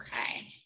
okay